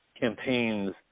campaigns